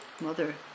mother